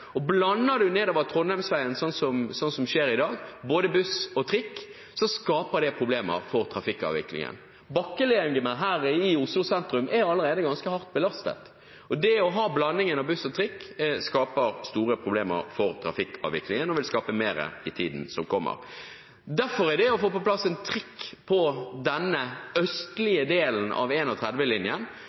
Og hvis man nedover Trondheimsveien, sånn som skjer i dag, blander både buss og trikk, skaper det problemer for trafikkavviklingen. Bakkelegemet her i Oslo sentrum er allerede ganske hardt belastet. Og det å ha blandingen buss og trikk skaper store problemer for trafikkavviklingen og vil skape mer i tiden som kommer. Derfor ville det å få på plass en trikk på denne østlige delen av